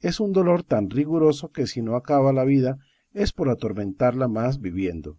es un dolor tan riguroso que si no acaba la vida es por atormentarla más viviendo